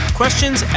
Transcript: questions